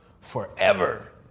forever